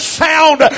sound